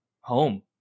home